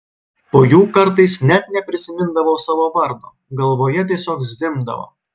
po jų kartais net neprisimindavau savo vardo galvoje tiesiog zvimbdavo